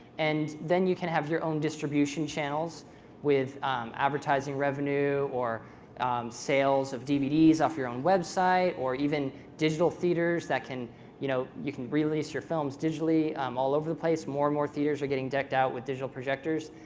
and then you can have your own distribution channels with advertising revenue, or sales of dvds off your own website, or even digital theaters that you know you can release your films digitally um all over the place. more and more theatres are getting decked out with digital projectors.